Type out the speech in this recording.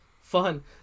fun